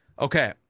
Okay